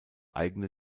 eigene